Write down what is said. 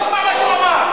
תשמע מה שהוא אמר.